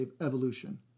evolution